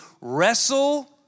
wrestle